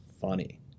funny